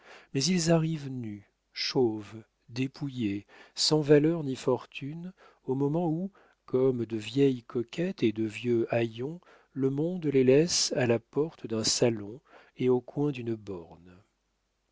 mais ils arrivent nus chauves dépouillés sans valeur ni fortune au moment où comme de vieilles coquettes et de vieux haillons le monde les laisse à la porte d'un salon et au coin d'une borne